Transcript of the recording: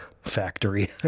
factory